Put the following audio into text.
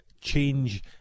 change